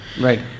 Right